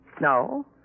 No